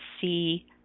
see